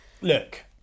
Look